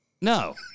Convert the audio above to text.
No